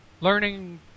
learning